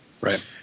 Right